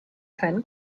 keinen